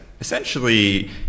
essentially